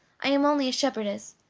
i am only a shepherdess,